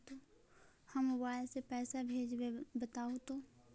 हम मोबाईल से पईसा भेजबई बताहु तो?